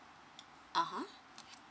(uh huh)